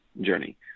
journey